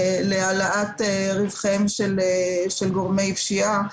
להעלאת רווחיהם של גורמי פשיעה,